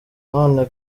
none